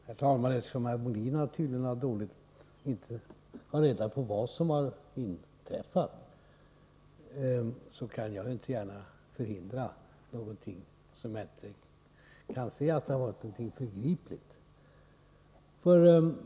Herr talman! Björn Molin har dåligt reda på vad som har inträffat. Jag kan inte gärna förhindra någonting som jag inte kan se varit någonting förgripligt.